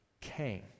came